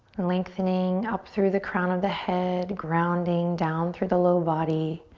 and lengthening up through the crown of the head, grounding down through the low body,